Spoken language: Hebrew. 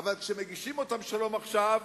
אבל כשמגישים אותם "שלום עכשיו"